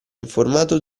informato